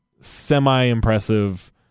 semi-impressive